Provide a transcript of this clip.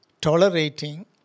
tolerating